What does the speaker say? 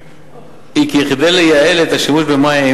היא כי כדי לייעל את השימוש במים,